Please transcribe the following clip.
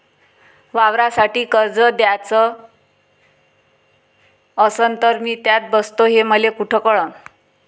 वावरासाठी कर्ज घ्याचं असन तर मी त्यात बसतो हे मले कुठ कळन?